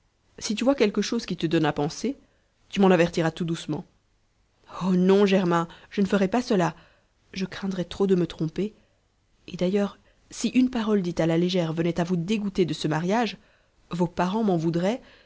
si tu vois quelque chose qui te donne à penser tu m'en avertiras tout doucement oh non germain je ne ferai pas cela je craindrais trop de me tromper et d'ailleurs si une parole dite à la légère venait à vous dégoûter de ce mariage vos parents m'en voudraient